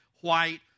white